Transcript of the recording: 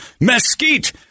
mesquite